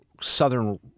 southern